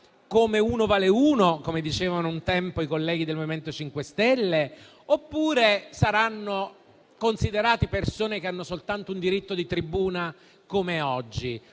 ad "uno vale uno" - come dicevano un tempo i colleghi del MoVimento 5 Stelle - oppure saranno considerati persone che hanno soltanto un diritto di tribuna, come oggi?